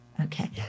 Okay